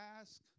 Ask